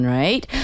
right